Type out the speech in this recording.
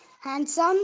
handsome